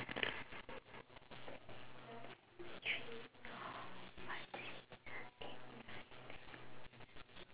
ten three five six seven eight nine ten